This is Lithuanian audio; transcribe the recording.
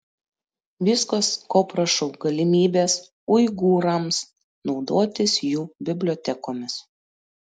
viskas ko prašau galimybės uigūrams naudotis jų bibliotekomis